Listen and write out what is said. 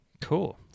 Cool